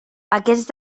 aquest